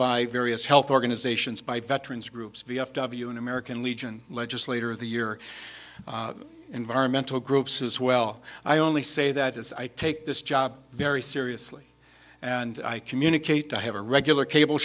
by various health organizations by veterans groups v f w and american legion legislator of the year environmental groups as well i only say that as i take this job very seriously and i communicate to have a regular cable